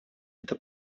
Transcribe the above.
это